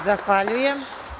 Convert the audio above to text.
Zahvaljujem.